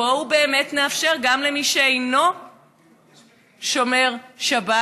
בואו ובאמת נאפשר גם למי שאינו שומר שבת,